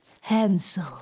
Hansel